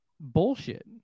bullshit